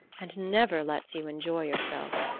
and never lets you enjoy yourself.